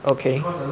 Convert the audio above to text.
okay